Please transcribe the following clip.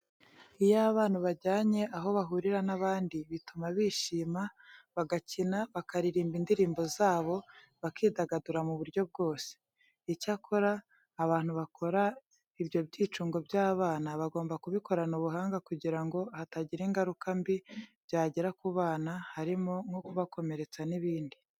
Iyo abana ubajyanye aho bahurira n'abandi bituma bishima, bagakina, bakaririmba indirimbo zabo, bakidagadura mu buryo bwose. Icyakora abantu bakora ibyo byicungo by'abana bagomba kubikorana ubuhanga kugira ngo hatagira ingaruka mbi byagira ku bana harimo nko kubakomeretsa n'ibindi.